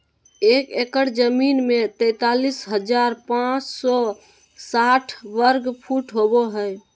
एक एकड़ जमीन में तैंतालीस हजार पांच सौ साठ वर्ग फुट होबो हइ